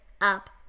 up